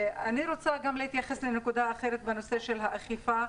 אני רוצה להתייחס לנקודה אחרת בנושא האכיפה.